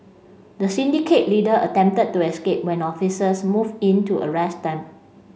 the syndicate leader attempted to escape when officers moved in to arrest them